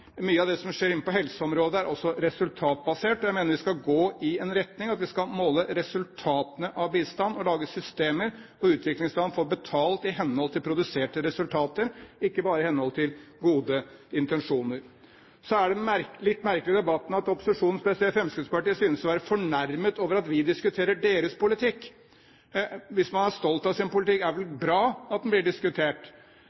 Mye av det som skjer på helseområdet, er også resultatbasert. Jeg mener vi skal gå i en retning hvor vi skal måle resultatene av bistand og lage systemer hvor utviklingsland får betalt i henhold til produserte resultater, ikke bare i henhold til gode intensjoner. Så er det litt merkelig i debatten at opposisjonen, spesielt Fremskrittspartiet, synes å være fornærmet over at vi diskuterer deres politikk. Hvis man er stolt av sin politikk, er